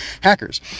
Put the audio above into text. hackers